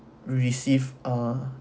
receive ah